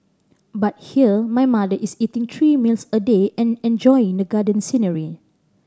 but here my mother is eating three meals a day and enjoying the garden scenery